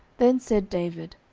then said david,